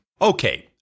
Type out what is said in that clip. Okay